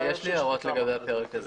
הערות לגבי הפרק הזה.